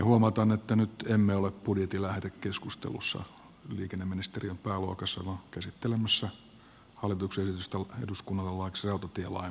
huomautan että nyt emme ole budjetin lähetekeskustelussa liikenneministeriön pääluokassa vaan käsittelemässä hallituksen esitystä eduskunnalle laiksi rautatielain muuttamisesta